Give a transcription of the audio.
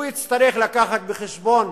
הוא יצטרך לקחת בחשבון